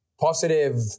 positive